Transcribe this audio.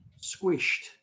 squished